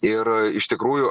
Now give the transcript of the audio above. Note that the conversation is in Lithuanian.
ir iš tikrųjų